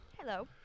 Hello